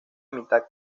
mitad